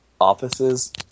offices